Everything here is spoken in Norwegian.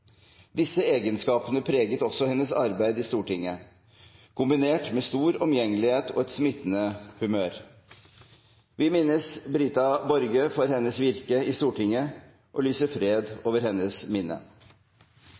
Disse egenskapene preget også hennes arbeid i Stortinget, kombinert med stor omgjengelighet og et smittende humør. Vi minnes Brita Borge for hennes virke i Stortinget og lyser fred over hennes minne.